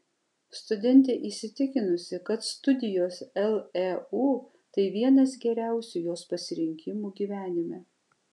studentė įsitikinusi kad studijos leu tai vienas geriausių jos pasirinkimų gyvenime